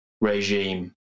regime